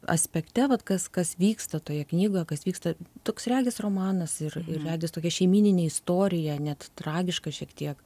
aspekte vat kas kas vyksta toje knygoje kas vyksta toks regis romanas ir ir regis tokia šeimyninė istorija net tragiška šiek tiek